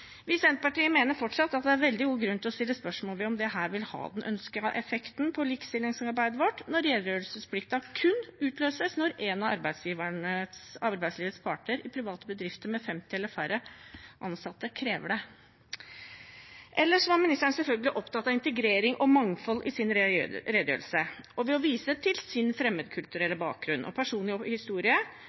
Vi i Senterpartiet mener fortsatt at det er veldig god grunn til å stille spørsmål om dette vil ha den ønskede effekten på likestillingsarbeidet vårt, når redegjørelsesplikten kun utløses når en av arbeidslivets parter i private bedrifter med 50 eller færre ansatte krever det. Ellers var ministeren selvfølgelig opptatt av integrering og mangfold i sin redegjørelse. Og ved å vise til sin fremmedkulturelle bakgrunn og personlige historie